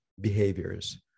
behaviors